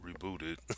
Rebooted